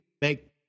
make